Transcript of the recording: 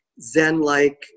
zen-like